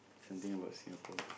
something about Singapore